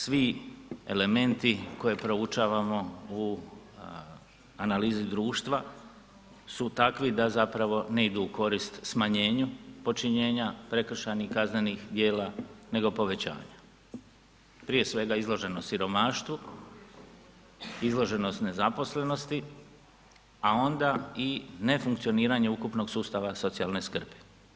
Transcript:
Svi elementi koje proučavamo u analizi društva su takvi da zapravo ne idu u korist smanjenju počinjenja prekršajnih kaznenih djela nego povećanja, prije svega izloženost siromaštvu, izloženost nezaposlenosti, a onda i nefunkcioniranju ukupnog sustava socijalne skrbi.